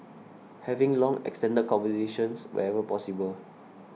having long extended conversations wherever possible